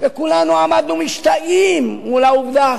וכולנו עמדנו משתאים מול העובדה